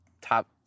top